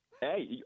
Hey